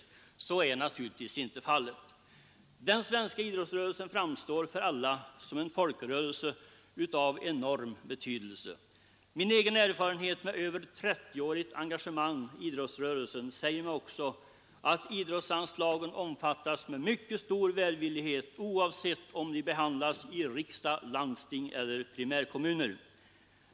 Så är naturligtvis inte fallet. Den svenska idrottsrörelsen framstår för alla som en folkrörelse av enorm betydelse. Min egen erfarenhet med över 30-årigt engagemang inom idrottsrörelsen säger mig också att idrottsanslagen omfattas med mycket stor välvillighet, oavsett om de behandlas i riksdagen, i landsting eller i primärkommuner.